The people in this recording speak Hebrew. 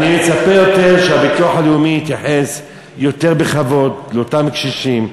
ואני מצפה שהביטוח הלאומי יתייחס יותר בכבוד לאותם קשישים,